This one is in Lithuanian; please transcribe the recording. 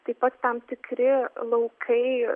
taip pat tam tikri laukai